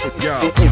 yo